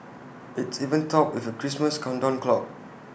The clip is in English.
it's even topped with A Christmas countdown clock